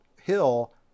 hill